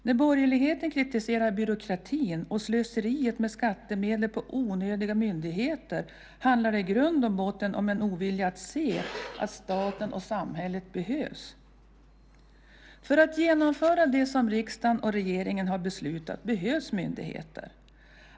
När borgerligheten kritiserar byråkratin och slöseriet med skattemedel på onödiga myndigheter handlar det i grund och botten om en ovilja att se att staten och samhället behövs. För att genomföra det riksdag och regering har beslutat behövs myndigheter.